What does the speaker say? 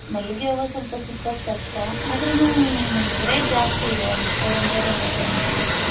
ಮಲ್ಲಿಗೆ ಹೂವು ಸ್ವಲ್ಪ ಸಿಕ್ಕೋದು ಕಷ್ಟ ಆದರೂ ರೇಟ್ ಜಾಸ್ತಿ ಇದೆ ಒಂದು ಫೋರ್ ಹಂಡ್ರೆಡೇನೋ ಇದೆ ಒಂದು ಕೆ ಜಿ